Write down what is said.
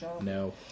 No